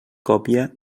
còpia